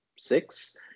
six